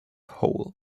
hole